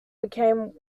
became